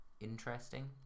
interesting